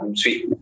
sweet